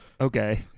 Okay